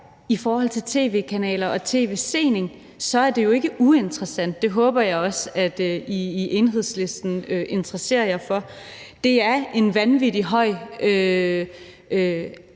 i forhold til tv-kanaler og tv-sening, er det jo ikke uinteressant. Det håber jeg også at Enhedslisten interesserer sig for. Det er helt generelt en